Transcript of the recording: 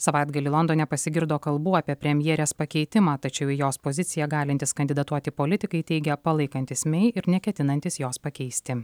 savaitgalį londone pasigirdo kalbų apie premjerės pakeitimą tačiau į jos poziciją galintys kandidatuoti politikai teigia palaikantys mei ir neketinantys jos pakeisti